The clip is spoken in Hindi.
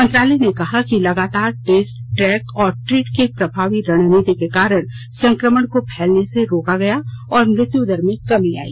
मंत्रालय ने कहा कि लगातार टेस्ट ट्रैक और ट्रीट की प्रभावी रणनीति के कारण संक्रमण को फैलने से रोका गया और मृत्युदर में कमी आई